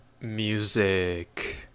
music